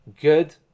good